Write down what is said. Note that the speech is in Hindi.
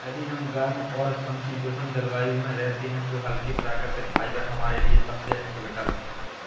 यदि हम गर्म और समशीतोष्ण जलवायु में रहते हैं तो हल्के, प्राकृतिक फाइबर हमारे लिए सबसे अच्छे विकल्प हैं